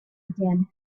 again